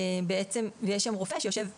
יש רופא שיושב במרפאה,